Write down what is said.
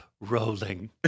rolling